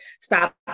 stop